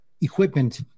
equipment